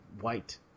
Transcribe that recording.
white